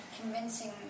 Convincing